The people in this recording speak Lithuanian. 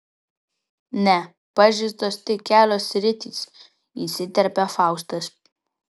ne pažeistos tik kelios sritys įsiterpė faustas